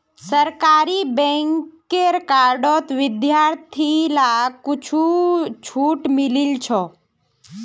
सरकारी बैंकेर कार्डत विद्यार्थि लाक कुछु छूट मिलील छ